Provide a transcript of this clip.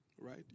Right